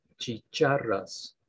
chicharras